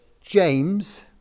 James